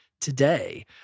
today